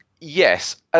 yes